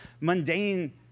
mundane